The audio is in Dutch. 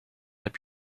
heb